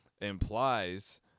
implies